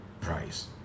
Price